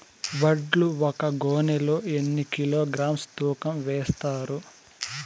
వడ్లు ఒక గోనె లో ఎన్ని కిలోగ్రామ్స్ తూకం వేస్తారు?